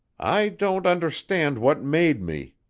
i don't understand what made me,